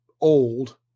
old